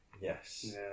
Yes